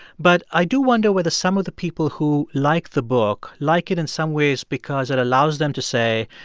but i do wonder whether some of the people who like the book like it in some ways because it allows them to say,